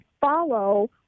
follow